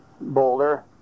Boulder